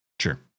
Sure